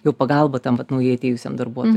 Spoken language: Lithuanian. jau pagalba tam vat naujai atėjusiam darbuotojui